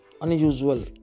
unusual